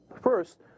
First